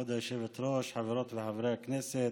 כבוד היושבת-ראש, חברות וחברי הכנסת,